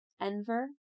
Enver